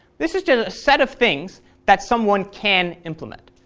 this is a set of things that someone can implement.